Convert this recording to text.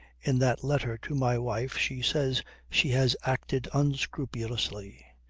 in that letter to my wife she says she has acted unscrupulously.